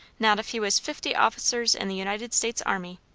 not if he was fifty officers in the united states army.